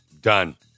Done